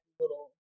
little